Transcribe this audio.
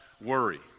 worry